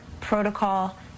protocol